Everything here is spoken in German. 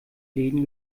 läden